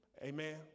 Amen